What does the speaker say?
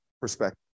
perspective